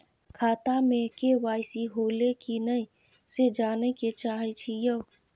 खाता में के.वाई.सी होलै की नय से जानय के चाहेछि यो?